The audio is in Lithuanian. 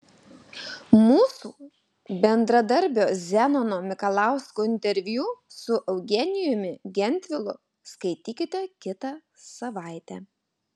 mūsų bendradarbio zenono mikalausko interviu su eugenijumi gentvilu skaitykite kitą savaitę